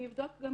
אני אבדוק גם